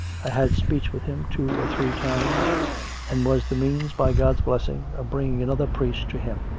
i had speech with him two or three times and was the means, by god's blessing, of bringing another priest to him,